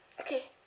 okay